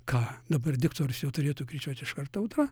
ką dabar diktorius jau turėtų kirčiuot iškart audra